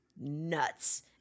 nuts